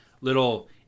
little